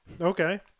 Okay